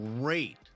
great